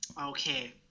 Okay